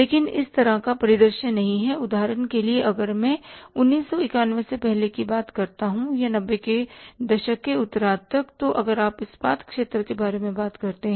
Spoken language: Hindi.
लेकिन इस तरह का परिदृश्य नहीं है उदाहरण के लिए अगर मैं 1991 से पहले की बात करता हूं या 90 के दशक के उत्तरार्ध तक तो अगर आप इस्पात क्षेत्र के बारे में बात करते हैं